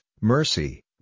mercy